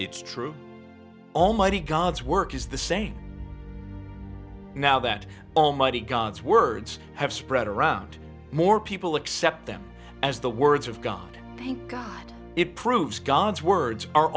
it's true almighty god's work is the same now that almighty god's words have spread around more people accept them as the words of god thank god it proves god's words are